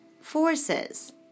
forces